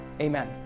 Amen